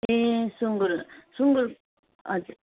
ए सुँगुर सुँगुर हजुर